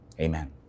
Amen